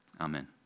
amen